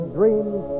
dreams